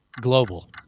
Global